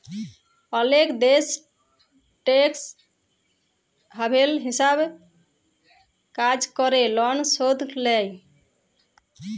অলেক দ্যাশ tax haven হিছাবে কাজ ক্যরে লন শুধ লেই